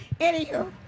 Anywho